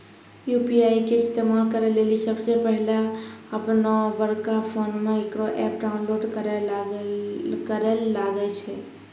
UPI के इस्तेमाल करै लेली सबसे पहिलै अपनोबड़का फोनमे इकरो ऐप डाउनलोड करैल लागै छै